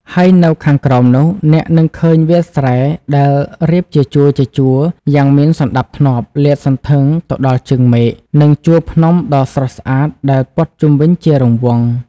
ហើយនៅខាងក្រោមនោះ អ្នកនឹងឃើញវាលស្រែដែលរៀបជាជួរៗយ៉ាងមានសណ្ដាប់ធ្នាប់លាតសន្ធឹងទៅដល់ជើងមេឃ និងជួរភ្នំដ៏ស្រស់ស្អាតដែលព័ទ្ធជុំវិញជារង្វង់។